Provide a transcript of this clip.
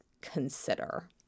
consider